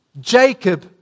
Jacob